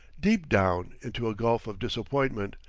deep down into a gulf of disappointment,